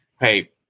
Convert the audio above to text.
hey